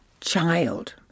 child